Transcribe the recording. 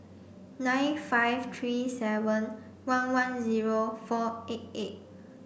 nine five three seven one one zero four eight eight